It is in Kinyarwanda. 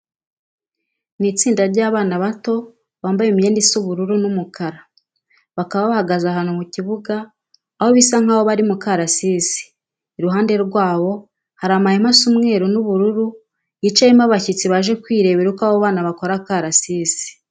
Ni itsinda ry'abana bato bambaye imyenda isa ubururu n'umukara, bakaba bahagaze ahantu mu kibuga aho bisa nkaho bari ku karasisi. Iruhande rwabo hari amahema asa umweru n'ubururu yicayemo abashyitsi baje kwirebera uko abo bana bakora akarasisi.